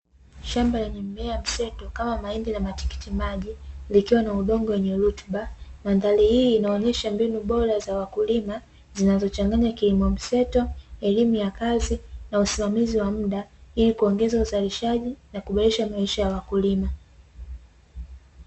Shamba lenye mimea mseto kama mahindi na matikiti maji, likiwa na udongo wenye rutuba. Mandhari hii inaonyesha mbinu bora za wakulima zinazochanganya kilimo mseto, elimu ya kazi, na usimamizi wa muda, ili kuongeza uzalishaji na kuboresha maisha ya wakulima.